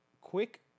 quick